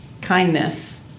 kindness